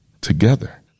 together